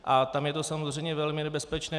A tam je to samozřejmě velmi nebezpečné.